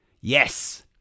Yes